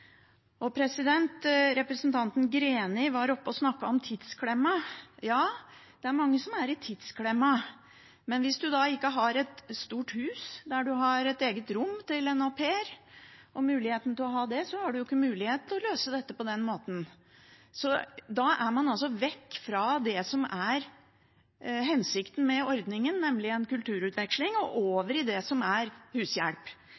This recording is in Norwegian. Representanten Greni var oppe og snakket om tidsklemma. Ja, det er mange som er i tidsklemma. Men hvis man da ikke har et stort hus, der man har muligheten til å ha et eget rom til en au pair, har man ikke mulighet til å løse dette på den måten. Da har man gått vekk fra det som er hensikten med ordningen, nemlig en kulturutveksling, og over i det som er hushjelp.